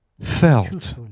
felt